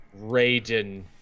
Raiden